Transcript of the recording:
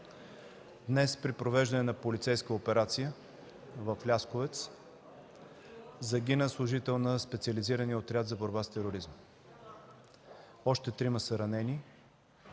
Днес при провеждане на полицейска операция в Лясковец загина служител на Специализирания отряд за борба с тероризма, още трима са ранени.